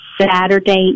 Saturday